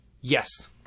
Yes